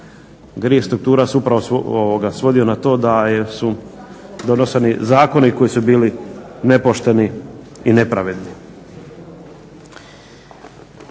Grijeh struktura se upravo svodio na to da su donošeni zakoni koji su bili nepošteni i nepravedni.